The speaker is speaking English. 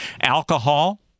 alcohol